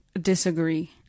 disagree